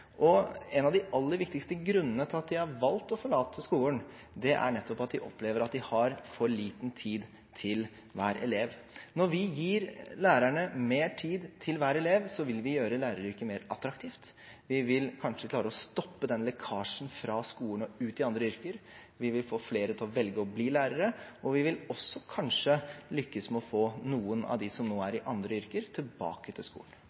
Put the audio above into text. læreryrket. En av de aller viktigste grunnene til at de har valgt å forlate skolen, er nettopp at de opplever at de har for liten tid til hver elev. Når vi gir lærerne mer tid til hver elev, vil vi gjøre læreryrket mer attraktivt, vi vil kanskje klare å stoppe lekkasjen fra skolen og ut i andre yrker, vi vil få flere til å velge å bli lærere, og vi vil også kanskje lykkes med å få noen av dem som nå er i andre yrker, tilbake til skolen.